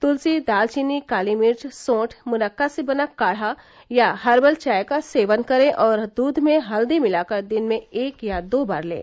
तुलसी दालचीनी कालीमिर्च सौंठ मुनक्का से बना काढा या हर्बल चाय का सेवन करें और दूध में हल्दी मिलाकर दिन में एक या दो बार लें